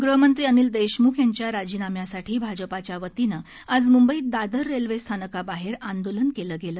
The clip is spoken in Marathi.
गृहमंत्री अनिल देशमुख यांच्या राजीनाम्यासाठी भाजपाच्या वतीनं आज मुंबईत दादर रेल्वे स्थानकाबाहेर आंदोलन केलं गेलं